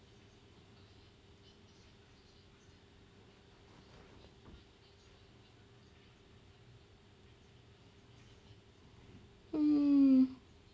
hmm